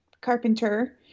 carpenter